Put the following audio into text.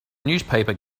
newspaper